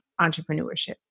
entrepreneurship